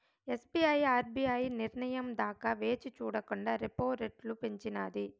SBI RBI నిర్నయం దాకా వేచిచూడకండా రెపో రెట్లు పెంచినాది